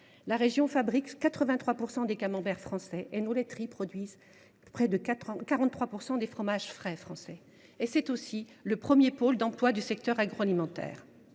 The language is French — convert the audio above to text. La région fabrique 83 % des camemberts français, et nos laiteries produisent près de 43 % des fromages frais français. La filière laitière est aussi le premier pourvoyeur d’emplois du secteur agroalimentaire.